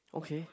okay